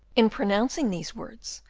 in pronouncing these words,